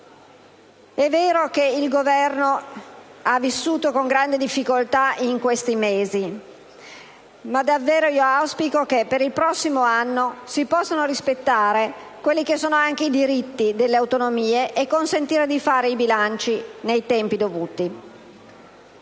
È vero che il Governo ha vissuto con grande difficoltà questi mesi, ma auspico davvero che per il prossimo anno si possano rispettare i diritti delle autonomie e consentire loro di fare i bilanci nei tempi dovuti.